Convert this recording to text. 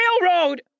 railroad